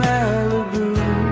Malibu